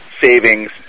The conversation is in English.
savings